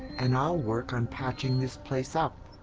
and i'll work on patching this place up.